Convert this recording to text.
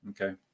Okay